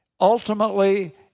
ultimately